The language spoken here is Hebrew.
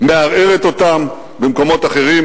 מערערת אותם במקומות אחרים,